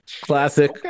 classic